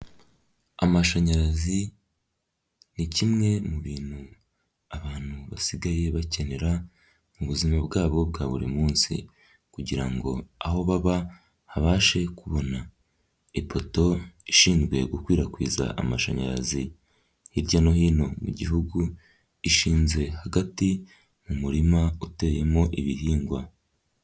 Amashanyarazi, ni kimwe mu bintu abantu basigaye bakenera mu buzima bwabo bwa buri munsi, kugira ngo aho baba habashe kubona, ipoto ishinzwe gukwirakwiza amashanyarazi hirya no hino mu gihugu, ishinze hagati mu murima uteyemo ibihingwa.